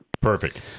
Perfect